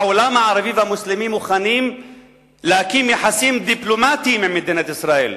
העולם הערבי והמוסלמי מוכן להקים יחסים דיפלומטיים עם מדינת ישראל.